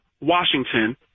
Washington